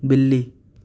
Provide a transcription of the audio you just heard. بلی